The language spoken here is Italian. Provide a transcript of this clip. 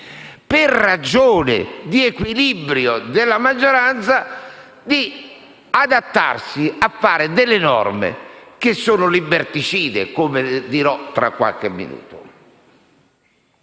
per ragioni di equilibrio della maggioranza, ad adattarsi a partorire norme che sono liberticide, come dirò tra poco.